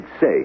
say